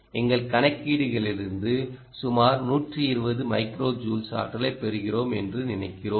எங்கள் கணக்கீடுகளிலிருந்து சுமார் 120 மைக்ரோ ஜூல்ஸ் ஆற்றலைப் பெறுகிறோம் என்று நினைக்கிறோம்